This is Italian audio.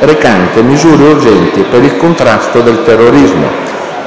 recante misure urgenti per il contrasto del terrorismo,